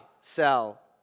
sell